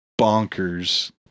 bonkers